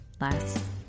less